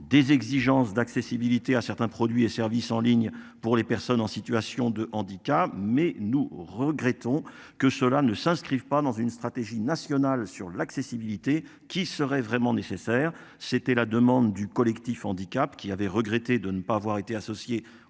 des exigences d'accessibilité à certains produits et services en ligne pour les personnes en situation de handicap mais nous regrettons que cela ne s'inscrivent pas dans une stratégie nationale sur l'accessibilité qui serait vraiment nécessaire, c'était la demande du Collectif handicap qui avait regretté de ne pas avoir été associés